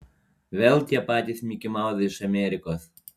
vėl tie patys mikimauzai iš amerikos